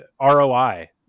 ROI